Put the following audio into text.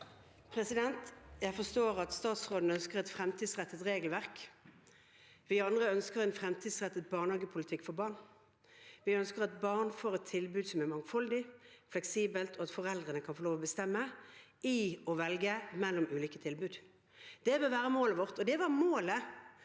Jeg forstår at statsråd- en ønsker et fremtidsrettet regelverk. Vi andre ønsker en fremtidsrettet barnehagepolitikk for barn. Vi ønsker at barn får et tilbud som er mangfoldig og fleksibelt, og at foreldrene kan få lov til å bestemme – velge mellom ulike tilbud. Det vil være målet vårt, og det var målet